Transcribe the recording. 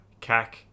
CAC